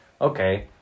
okay